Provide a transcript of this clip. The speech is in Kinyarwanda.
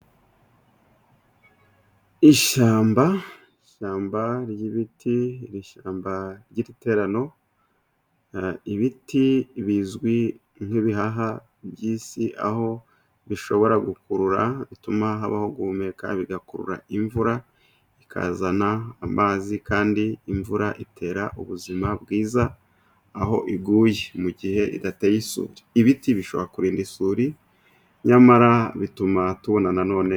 Ishyamba ,ishyamba ry'ibiti ,iri shyamba ry'iriterano. Ibiti bizwi nk'ibihaha by'isi, aho bishobora gukurura, bituma habaho guhumeka bigakurura imvura ikazana amazi. Kandi imvura itera ubuzima bwiza, aho iguye mugihe idateye ibiti bishobora kurinda isuri, nyamara bituma tubona na none...